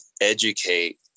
educate